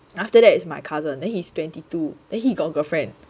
then after that is my cousin then he's twenty two then he got girlfriend